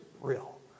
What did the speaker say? real